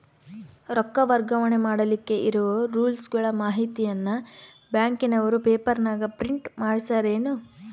ರೊಕ್ಕ ವರ್ಗಾವಣೆ ಮಾಡಿಲಿಕ್ಕೆ ಇರೋ ರೂಲ್ಸುಗಳ ಮಾಹಿತಿಯನ್ನ ಬ್ಯಾಂಕಿನವರು ಪೇಪರನಾಗ ಪ್ರಿಂಟ್ ಮಾಡಿಸ್ಯಾರೇನು?